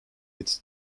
its